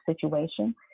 situation